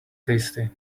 tasty